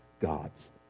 God's